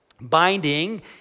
Binding